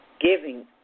Giving